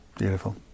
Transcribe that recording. Beautiful